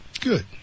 good